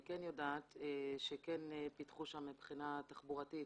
אני כן יודעת שפיתחו שם מבחינה תחבורתית